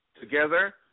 together